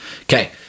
okay